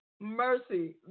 mercy